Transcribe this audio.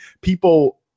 people